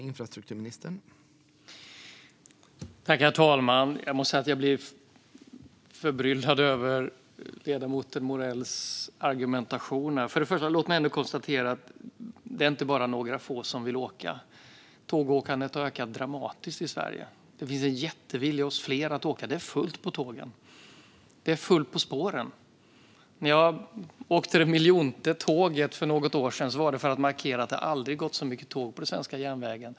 Herr talman! Jag måste säga att jag blir förbryllad över ledamoten Morells argumentation. Låt mig först och främst konstatera att det inte bara är några få som vill åka. Tågåkandet har ökat dramatiskt i Sverige. Det finns en jättestor vilja hos fler att åka. Det är fullt på tågen. Och det är fullt på spåren. När jag åkte det miljonte tåget för något år sedan var det för att markera att det aldrig gått så många tåg på den svenska järnvägen.